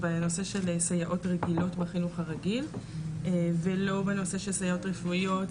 בנושא של סייעות רגילות בחינוך הרגיל ולא בנושא של סייעות רפואיות,